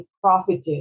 profited